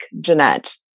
Jeanette